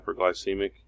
hyperglycemic